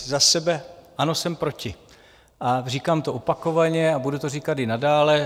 Za sebe ano, jsem proti, říkám to opakovaně a budu to říkat i nadále.